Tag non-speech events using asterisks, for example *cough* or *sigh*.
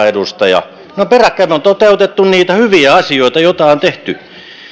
*unintelligible* edustaja ne ovat peräkkäin me olemme toteuttaneet niitä hyviä asioita joita on tehty